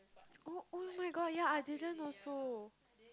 oh oh-my-god yea I didn't also